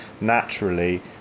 naturally